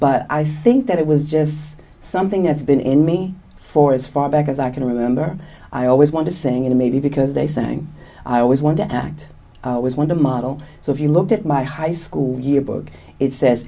but i think that it was just something that's been in me for as far back as i can remember i always want to sing and maybe because they sang i always want to act was one of model so if you look at my high school yearbook it says